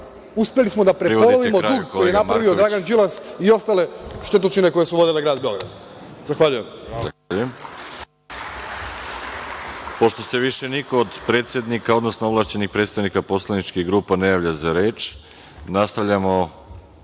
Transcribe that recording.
uspeli smo da prepolovimo dug koji je napravio Dragan Đilas i ostale štetočine koje su vodile Grad Beograd. Zahvaljujem. **Veroljub Arsić** Pošto se više niko od predsednika, odnosno ovlašćenih predstavnika poslaničkih grupa ne javlja za reč, nastavljamo